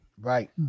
Right